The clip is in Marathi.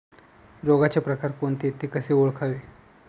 रोगाचे प्रकार कोणते? ते कसे ओळखावे?